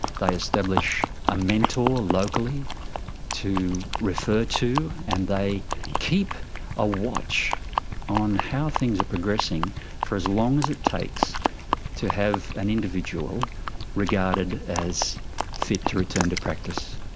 they establish a mentor locally to refer to. and they keep a watch on how things are progressing for as long as it takes to have an individual regarded as fit to return to practice.